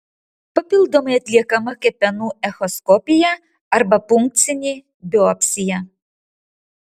papildomai atliekama kepenų echoskopija arba punkcinė biopsija